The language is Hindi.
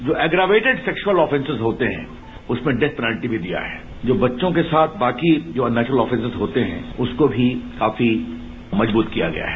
जो एग्रावेटिड सेक्सुअल ऑफेसेंस होते हैं उसमें डेथ पेनाल्टी भी दिया है जो बच्चों के साथ बाकि जो अननेचुरल ऑफेसेंस होते हैं उसको भी काफी मजबूत किया गया है